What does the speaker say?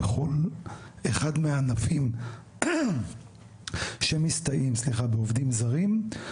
בכל אחד מהענפים שמסתייעים בעובדים זרים,